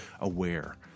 aware